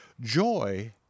joy